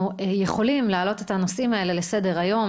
יכולים להעלות את הנושאים האלה לסדר היום,